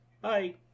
Bye